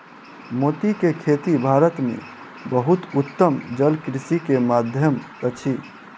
मोती के खेती भारत में बहुत उत्तम जलकृषि के माध्यम अछि